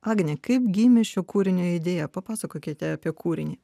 agne kaip gimė šio kūrinio idėja papasakokite apie kūrinį